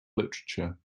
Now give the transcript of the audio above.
literature